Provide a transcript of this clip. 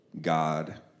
God